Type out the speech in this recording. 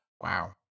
Wow